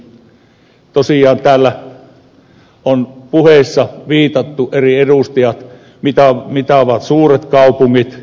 tosiaan täällä on puheissa viitattu eri edustajat suuriin kaupunkeihin